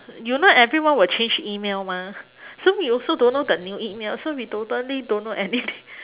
you know everyone will change email mah so we also don't know the new email so we totally don't know anything